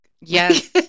Yes